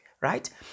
right